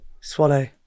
Swallow